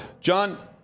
John